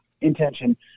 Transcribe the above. intention